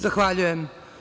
Zahvaljujem.